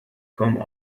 come